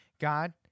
God